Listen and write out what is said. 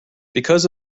because